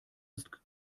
ist